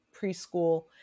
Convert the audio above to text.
preschool